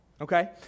okay